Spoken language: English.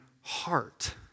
heart